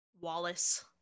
Wallace